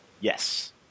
Yes